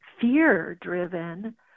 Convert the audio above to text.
fear-driven